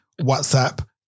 WhatsApp